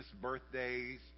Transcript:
birthdays